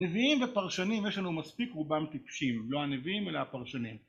נביאים ופרשנים יש לנו מספיק, רובם טיפשים. לא הנביאים אלא הפרשנים.